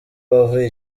wavuye